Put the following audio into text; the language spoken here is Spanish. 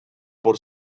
por